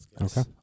Okay